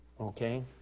Okay